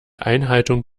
einhaltung